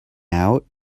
out